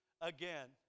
again